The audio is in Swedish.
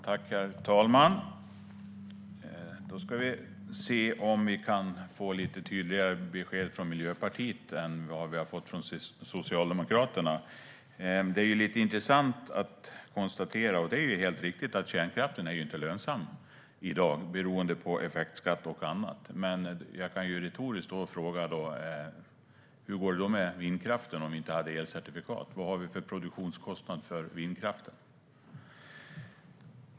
Herr talman! Då ska vi se om vi kan få lite tydligare besked från Miljöpartiet än vad vi har fått från Socialdemokraterna. Det är helt riktigt att kärnkraften inte är lönsam i dag. Det beror på effektskatt och annat. Jag kan retoriskt fråga hur det hade gått med vindkraften om inte elcertifikat hade funnits. Vad är det för produktionskostnad för vindkraften?